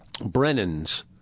Brennan's